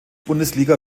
bundesliga